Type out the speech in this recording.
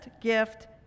gift